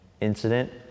incident